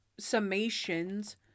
summations